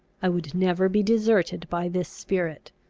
i would never be deserted by this spirit.